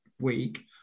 week